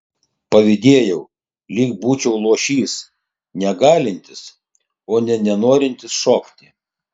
pavydėjau lyg būčiau luošys negalintis o ne nenorintis šokti